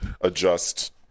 adjust